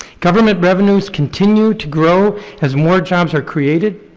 government revenues continue to grow as more jobs are created,